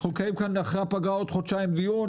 אנחנו נקיים כאן אחרי הפגרה עוד חודשיים דיון,